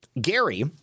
Gary